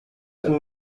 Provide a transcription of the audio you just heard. and